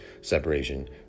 separation